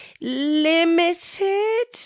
limited